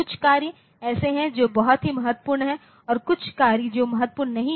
कुछ कार्य ऐसे हैं जो बहुत ही महत्वपूर्ण हैं और कुछ कार्य जो महत्वपूर्ण नहीं है